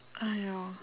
!aiyo!